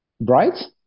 Bright